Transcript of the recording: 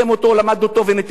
למד אותו וניתח אותו?